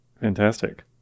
fantastic